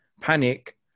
panic